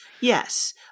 Yes